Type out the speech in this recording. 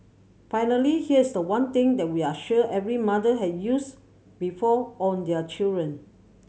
finally here's the one thing that we are sure every mother has used before on their children